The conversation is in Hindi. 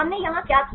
हमने यहां क्या किया